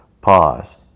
Pause